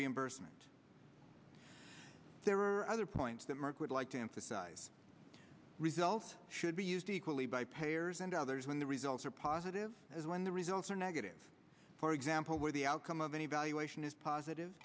reimbursement there are other points that mark would like to emphasize result should be used equally by payers and others when the results are positive as when the results are negative for example where the outcome of an evaluation is positive